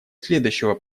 следующего